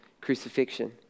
crucifixion